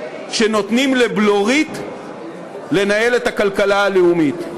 כשנותנים לבלורית לנהל את הכלכלה הלאומית.